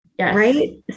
Right